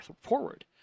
forward